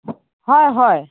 অঁ হয়